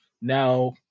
now